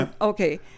okay